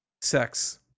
Sex